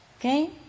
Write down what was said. okay